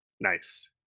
Nice